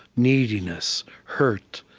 neediness, hurt,